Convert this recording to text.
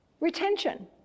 Retention